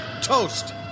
toast